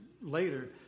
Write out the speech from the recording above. later